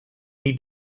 need